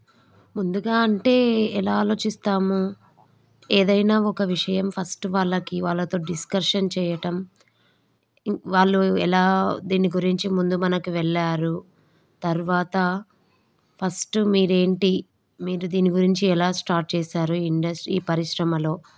ముందుగా అంటే ఎలా ఆలోచిస్తాము ఏదైనా ఒక విషయం ఫస్ట్ వాళ్ళకి వాళ్ళతో డిస్కషన్ చేయటం వాళ్ళు ఎలా దీని గురించి ముందు మనకు వెళ్ళారు తర్వాత ఫస్ట్ మీరు ఏంటి మీరు దీని గురించి ఎలా స్టార్ట్ చేశారు ఇండస్ట్రీ ఈ పరిశ్రమలో